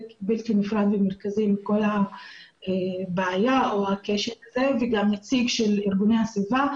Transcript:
בלתי נפרד ומרכזי מכל הבעיה או הכשל הזה וגם נציג של ארגוני הסביבה,